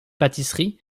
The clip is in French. pâtisseries